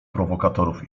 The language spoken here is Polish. prowokatorów